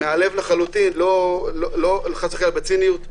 מהלב לחלוטין, חס וחלילה בציניות.